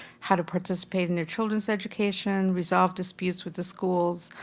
how to participate in their children's education, resolve disputes with the schools